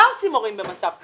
מה עושים הורים במצב כזה?